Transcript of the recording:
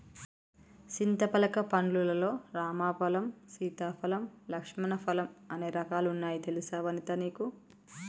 చింతపలక పండ్లు లల్లో రామ ఫలం, సీతా ఫలం, లక్ష్మణ ఫలం అనే రకాలు వున్నాయి తెలుసా వనితా నీకు